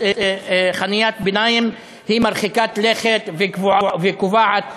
חניית ביניים היא מרחיקת לכת וקובעת חובה,